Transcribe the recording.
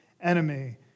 enemy